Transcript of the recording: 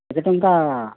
କେତେ ଟଙ୍କା